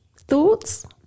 thoughts